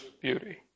beauty